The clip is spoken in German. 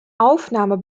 aufnahmen